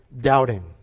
doubting